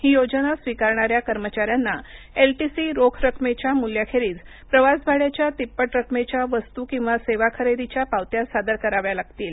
ही योजना स्विकारणाऱ्या कर्मचाऱ्यांना एलटीसी रोख रक्कमेच्या मूल्याखेरीज प्रवास भाड्याच्या तिप्पट रक्कमेच्या वस्तु किंवा सेवा खरेदीच्या पावत्या सादर कराव्या लागतील